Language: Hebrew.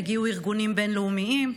יגיעו ארגונים בין-לאומיים,